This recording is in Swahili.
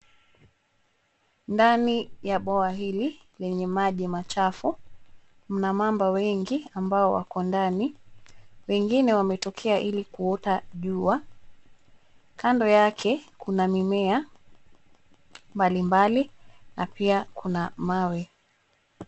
Ndani ya bwawa hili lenye maji machafu, mna mamba wengi ambao wako ndani. Wengine wametokea ili kuota jua, kando yake kuna mimea mbalimbali na pia kuna mawe.